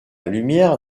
lumière